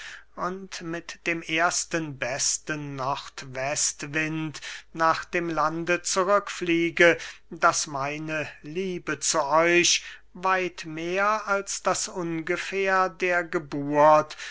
und mit dem ersten besten nordwestwind nach dem lande zurückfliege das meine liebe zu euch weit mehr als das ungefähr der geburt